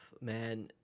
man